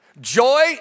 Joy